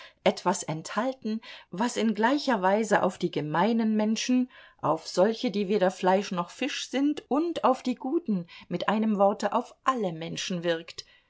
etwas enthalten was in gleicher weise auf die gemeinen menschen auf solche die weder fleisch noch fisch sind und auf die guten mit einem worte auf alle menschen wirkt